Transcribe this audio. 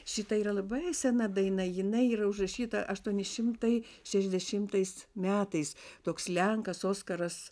šita yra labai sena daina jinai yra užrašyta aštuoni šimtai šešiasdešimtais metais toks lenkas oskaras